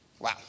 Wow